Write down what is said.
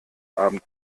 abend